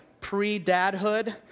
pre-dadhood